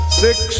six